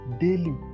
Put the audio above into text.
daily